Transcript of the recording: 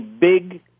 big